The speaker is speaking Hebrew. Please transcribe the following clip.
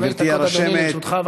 גברתי הרשמת, חמש דקות, אדוני, לרשותך.